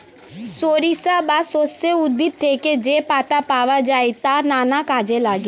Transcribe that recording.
সরিষা বা সর্ষে উদ্ভিদ থেকে যে পাতা পাওয়া যায় তা নানা কাজে লাগে